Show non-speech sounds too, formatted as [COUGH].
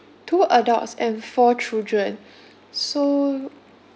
two adults and four children [BREATH] so